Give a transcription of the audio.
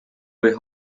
või